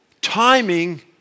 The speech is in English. Timing